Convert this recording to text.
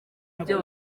ibyo